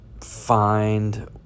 find